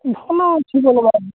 ଭଲ ଅଛି